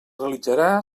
realitzarà